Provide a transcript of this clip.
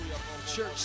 church